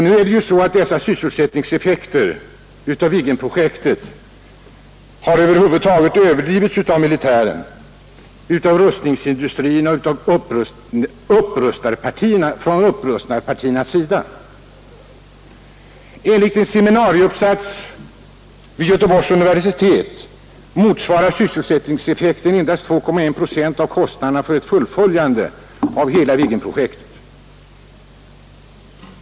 Nu är det ju så att sysselsättningseffekterna av Viggenprojektet över huvud taget har överdrivits av militären, av rustningsindustrin och från upprustarpartiernas sida. Enligt en seminarieuppsats vid Göteborgs universitet motsvarar sysselsättningseffekten endast 2,1 procent av kostnaderna för ett fullföljande av hela Viggenprojektet.